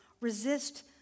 resist